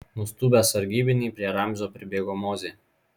nustūmęs sargybinį prie ramzio pribėgo mozė